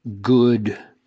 good